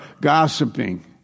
gossiping